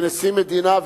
ונשיא מדינה,